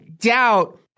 doubt